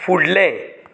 फुडलें